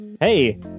Hey